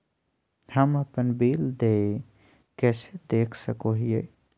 हम अपन बिल देय कैसे देख सको हियै?